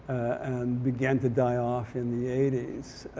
and began to die off in the eighty s.